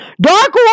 Dark